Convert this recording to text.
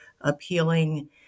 appealing